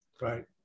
Right